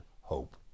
hope